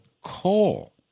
coal